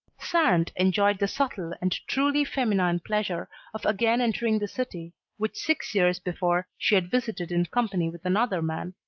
sand enjoyed the subtle and truly feminine pleasure of again entering the city which six years before she had visited in company with another man,